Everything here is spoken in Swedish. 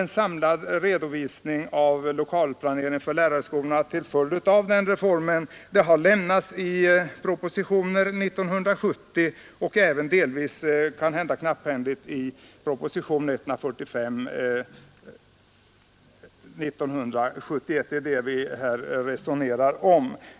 En samlad redovisning av lokalfrågorna för lärarhögskolorna till följd av den reformen har lämnats i propositioner år 1970 och även delvis — kanhända knapphändigt — i propositionen 145 år 1971, och det är vad vi här resonerar om.